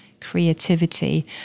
creativity